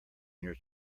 your